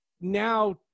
now